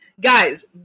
guys